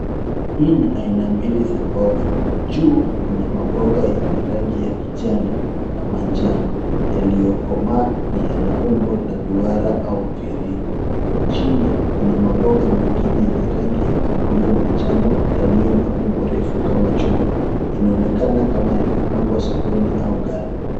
Hii ni aina mbili za mboga. Juu kuna maboga yenye rangi ya kijani na manjano, yaliyokomaa na yana umbo la duara au mviringo. Chini, kuna maboga mengine yenye rangi ya kahawia manjano, yaliyo na umbo refu kama chupa. Inaonekana kama yamepangwa sokoni au gala.